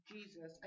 Jesus